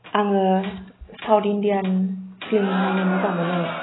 आङो South Indian film नायनो मोजां मोनो